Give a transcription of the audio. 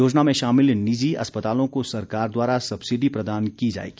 योजना में शामिल निजी अस्पतालों को सरकार द्वारा सब्सिडी प्रदान की जाएगी